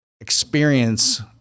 experience